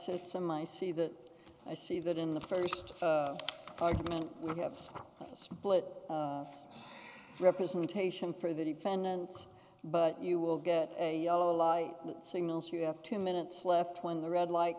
system i see the i see that in the first part we have a split representation for the defendant but you will get a yellow light signals you have two minutes left when the red light